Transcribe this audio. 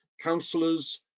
councillors